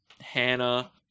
Hannah